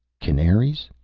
canaries,